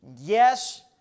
Yes